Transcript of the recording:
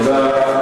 תודה.